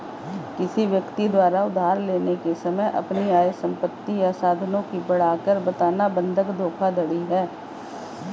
किसी व्यक्ति द्वारा उधार लेने के समय अपनी आय, संपत्ति या साधनों की बढ़ाकर बताना बंधक धोखाधड़ी है